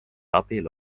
abil